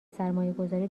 سرمایهگذاری